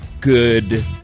good